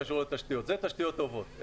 אלה תשתיות טובות.